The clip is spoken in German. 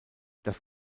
das